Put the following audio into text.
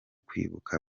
kwibuka